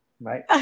right